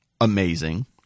Amazing